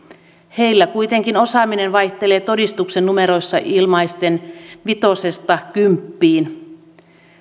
heillä kuitenkin osaaminen vaihtelee todistuksen numeroissa ilmaisten vitosesta kymppiin